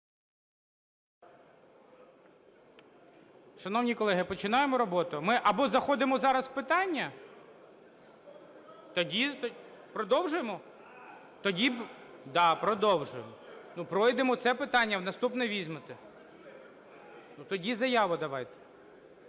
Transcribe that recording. Шановні колеги, починаємо роботу. Ми або заходимо зараз у питання, тоді… Продовжуємо? Да, продовжуємо. Ну, пройдемо це питання, в наступне візьмете. (Шум у залі)